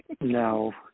No